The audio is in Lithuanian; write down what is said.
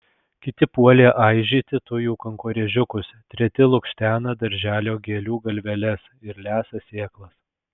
kiti puolė aižyti tujų kankorėžiukus treti lukštena darželio gėlių galveles ir lesa sėklas